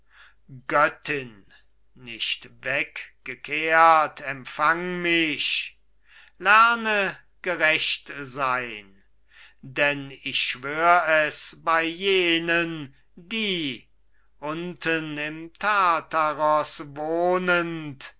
göttin nicht weggekehrt empfange mich lerne gerecht sein denn ich schwör es bei jenen die unten im tartarus wohnend